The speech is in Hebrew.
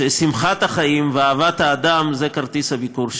ששמחת החיים ואהבת האדם הן כרטיס הביקור שלו,